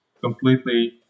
completely